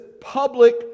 public